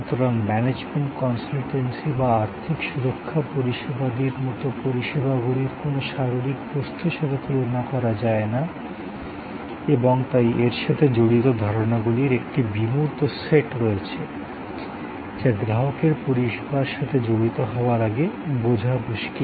সুতরাং management consultancy বা আর্থিক সুরক্ষা পরিষেবাদির মতো পরিষেবাগুলির কোনও শারীরিক বস্তুর সাথে তুলনা করা যায় না এবং তাই এর সাথে জড়িত ধারণাগুলির একটি বিমূর্ত সেট রয়েছে যা গ্রাহকের পরিষেবার সাথে জড়িত হওয়ার আগে বোঝা মুশকিল